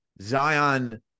Zion